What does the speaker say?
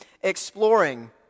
exploring